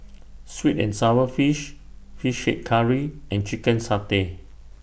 Sweet and Sour Fish Fish Head Curry and Chicken Satay